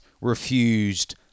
Refused